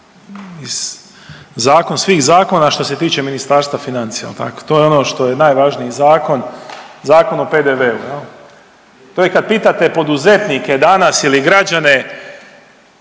zakon svih zakona što se tiče Ministarstva financija. To je ono što je najvažniji zakon, Zakon o PDV-u. To je kad pitate poduzetnike danas ili građane